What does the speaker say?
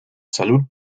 salud